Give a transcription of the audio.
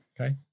okay